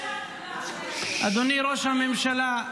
אדוני ראש הממשלה,